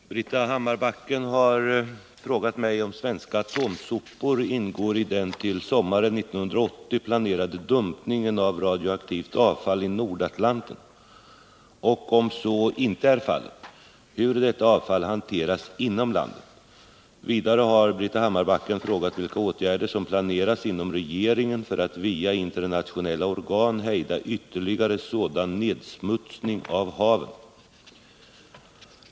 Herr talman! Britta Hammarbacken har frågat mig om svenska atomsopor ingår i den till sommaren 1980 planerade dumpningen av radioaktivt avfall i Nordatlanten och om så inte är fallet hur detta avfall hanteras inom landet. Vidare har Britta Hammarbacken frågat vilka åtgärder som planeras inom regeringen för att via internationella organ hejda ytterligare sådan nedsmutsning av haven.